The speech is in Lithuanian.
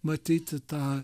matyti tą